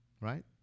Right